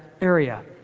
area